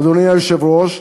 אדוני היושב-ראש,